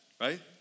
right